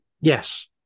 Yes